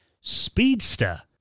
Speedster